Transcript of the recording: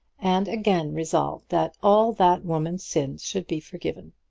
and again resolved that all that woman's sins should be forgiven